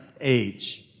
age